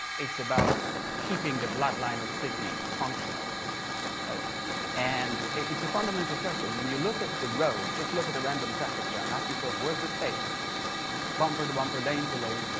it's about keeping the bloodline of cities functional right and it's a fundamental question. when you look at the road just look at a random traffic jam ask yourself where's the space bumper to bumper lane to lane